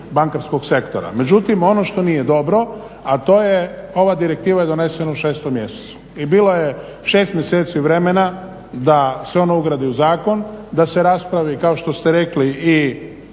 bankarskog sektora. Međutim ono što nije dobro, a to je ova direktiva donesena u 6.mjesecu i bilo je 6 mjeseci vremena da se ona ugradi u zakon, da se raspravi kao što ste rekli i